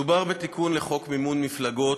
מדובר בתיקון לחוק מימון מפלגות,